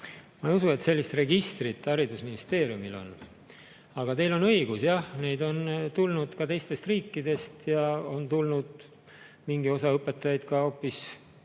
Ma ei usu, et sellist registrit haridusministeeriumil on. Aga teil on õigus, jah, neid on tulnud ka teistest riikidest. Mingi osa õpetajaid on